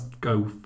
go